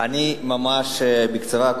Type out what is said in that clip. ממש בקצרה.